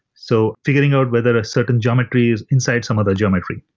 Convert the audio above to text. so figuring out whether a certain geometry is inside some other geometry.